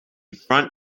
front